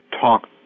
talk